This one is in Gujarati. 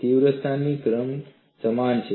તીવ્રતાનો ક્રમ સમાન છે